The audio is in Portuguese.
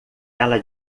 ela